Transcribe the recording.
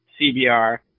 CBR